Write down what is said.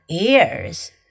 ears